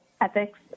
ethics